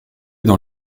dans